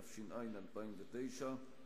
התש"ע 2009,